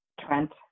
Trent